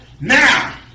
Now